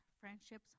friendships